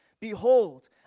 Behold